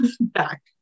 back